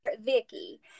vicky